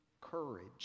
courage